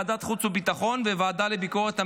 ועדת חוץ וביטחון והוועדה לביקורת המדינה,